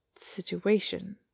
situation